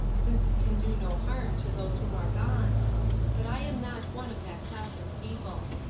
since it can do no harm to those who are gone but i am not one of that class of people.